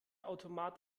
automat